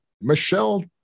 Michelle